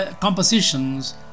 compositions